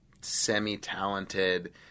semi-talented